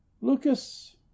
lucas